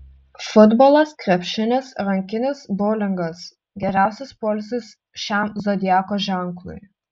futbolas krepšinis rankinis boulingas geriausias poilsis šiam zodiako ženklui